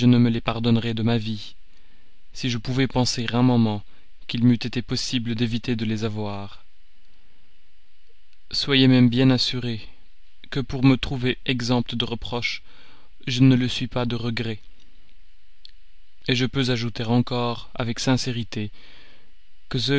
me les pardonnerais de ma vie si je pouvais penser un moment qu'il m'eût été possible d'éviter de les avoir soyez même bien assurée que pour me trouver exempt de reproches je ne le suis pas de regrets je peux ajouter encore avec sincérité que